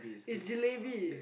it's jalebi